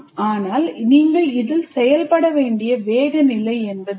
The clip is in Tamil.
ஆனால் நீங்கள் செயல்பட வேண்டிய வேகநிலை என்ன